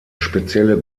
spezielle